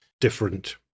different